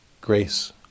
grace